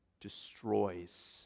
destroys